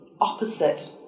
opposite